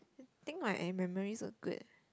think my memory was good